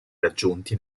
raggiunti